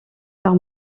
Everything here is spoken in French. par